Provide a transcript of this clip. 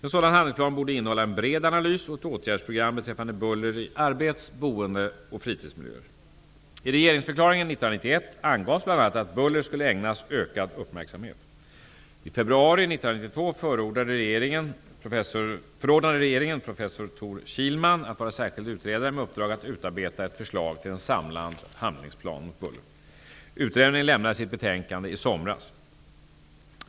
En sådan handlingsplan borde innehålla en bred analys och ett åtgärdsprogram beträffande buller i arbets-, boende och fritidsmiljöer. I regeringsförklaringen 1991 angavs bl.a. att buller skulle ägnas ökad uppmärksamhet. I februari 1992 förordnade regeringen professor Tor Kihlman att vara särskild utredare med uppdrag att utarbeta ett förslag till en samlad handlingsplan mot buller. Utredningen lämnade sitt betänkande i somras.